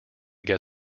get